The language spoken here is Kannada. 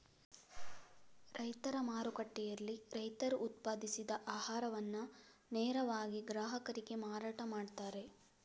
ರೈತರ ಮಾರುಕಟ್ಟೆಯಲ್ಲಿ ರೈತರು ಉತ್ಪಾದಿಸಿದ ಆಹಾರವನ್ನ ನೇರವಾಗಿ ಗ್ರಾಹಕರಿಗೆ ಮಾರಾಟ ಮಾಡ್ತಾರೆ